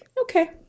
Okay